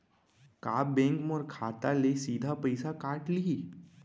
का बैंक मोर खाता ले सीधा पइसा काट लिही?